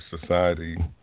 society